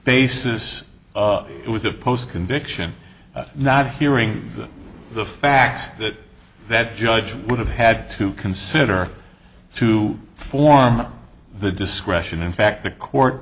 basis it was of post conviction not hearing the facts that that judge would have had to consider to form the discretion in fact the court